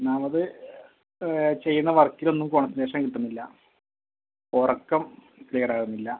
ഒന്നാമത് ചെയ്യുന്ന വർക്കിലൊന്നും കോൺസൺട്രേഷൻ കിട്ടുന്നില്ല ഉറക്കം ക്ലിയറാകുന്നില്ല